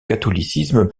catholicisme